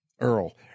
Earl